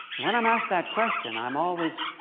when i'm asked that question, i'm always